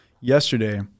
yesterday